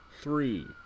three